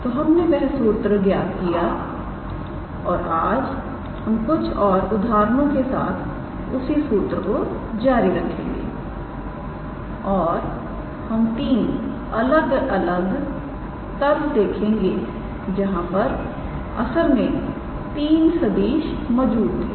तो हमने वह सूत्र ज्ञात किया और आज हम कुछ उदाहरणों के साथ उसी सूत्र को जारी रखेंगे और हम तीन अलग अलग तल देखेंगे जहां पर असल में तीन सदिश मौजूद थे